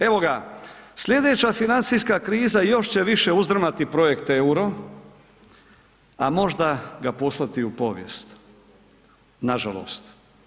Evo ga, slijedeća financijska kriza još će više uzdrmati projekt euro a možda ga poslati u povijest nažalost.